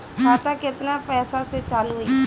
खाता केतना पैसा से चालु होई?